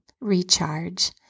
recharge